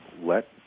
let